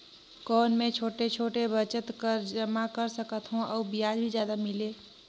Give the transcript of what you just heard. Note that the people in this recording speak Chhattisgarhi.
कौन मै छोटे छोटे बचत कर जमा कर सकथव अउ ब्याज भी जादा मिले?